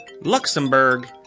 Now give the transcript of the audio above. Luxembourg